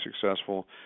successful